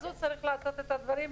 אז הוא צריך לעשות את הדברים.